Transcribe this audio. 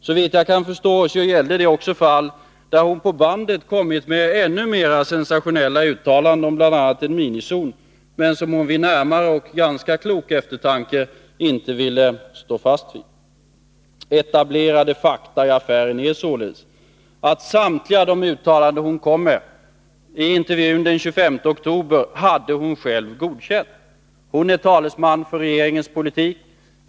Såvitt jag kan förstå gällde det också fall där hon kom med ännu mera sensationella uttalanden, bl.a. om en minizon, men som hon vid närmare och ganska klok eftertanke inte ville stå fast vid. Etablerade fakta i affären är således att samtliga de uttalanden hon kom med i intervjun den 25 oktober hade hon själv godkänt. Hon är talesman för regeringens politik.